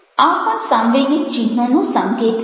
આ પણ સાંવેગિક ચિહ્નોનો સંકેત છે